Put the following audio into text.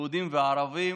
יהודים וערבים,